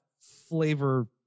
flavor